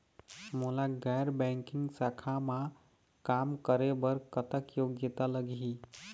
मोला गैर बैंकिंग शाखा मा काम करे बर कतक योग्यता लगही?